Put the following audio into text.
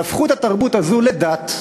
והפכו את התרבות הזו לדת.